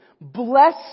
Bless